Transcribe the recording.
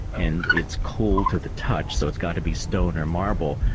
and it's cold to the touch, so it's got to be stone or marble,